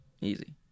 Easy